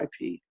IP